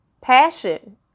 passion